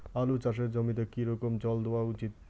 আলু চাষের জমিতে কি রকম জল দেওয়া উচিৎ?